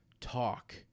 talk